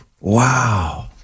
Wow